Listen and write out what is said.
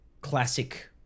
classic